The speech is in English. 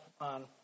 on